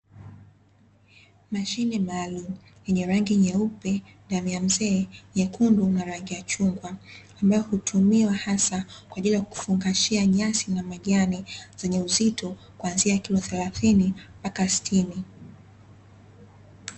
Mashine maalum yenye rangi , nyeupe, damu ya mzee, nyekundu na rangi ya chungwa. Ambayo hutumiwa hasa kwaajili ya kufungashia nyasi na majani zenye uzito kuanzia kilo thelathini mpaka sitini.